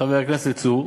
חבר הכנסת צור,